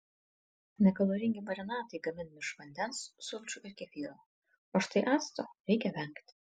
nekaloringi marinatai gaminami iš vandens sulčių ir kefyro o štai acto reikia vengti